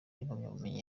impamyabumenyi